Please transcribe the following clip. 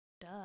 Duh